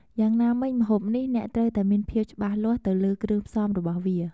យ៉ាងណាមិញម្ហូបនេះ អ្នកត្រួវតែមានភាពច្បាស់លាស់ទៅលើគ្រឿងផ្សំរបស់វា។